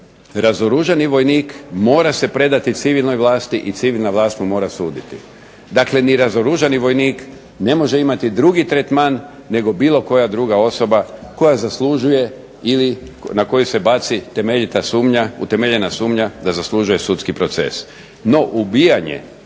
razoružani vojnik mora se predati civilnoj vlasti i civilna vlast mu mora suditi. Dakle ni razoružani vojnik ne može imati drugi tretman, nego bilo koja druga osoba koja zaslužuje ili na koju se baci temeljita sumnja, utemeljena sumnja da zaslužuje sudski proces.